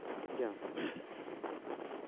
ᱵᱩᱡᱷᱟᱹᱣ